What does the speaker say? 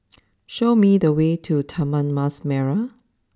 show me the way to Taman Mas Merah